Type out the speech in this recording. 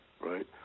Right